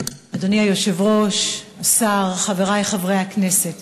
אדוני היושב-ראש, השר, חברי חברי הכנסת,